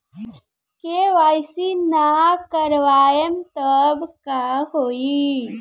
KYC ना करवाएम तब का होई?